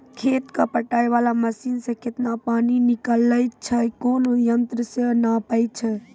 खेत कऽ पटाय वाला मसीन से केतना पानी निकलैय छै कोन यंत्र से नपाय छै